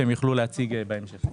שיוכלו להציג במשך.